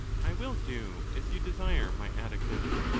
i will do as you desire, my atticus,